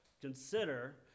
Consider